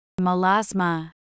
Melasma